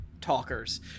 talkers